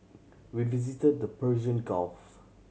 we visit the Persian Gulf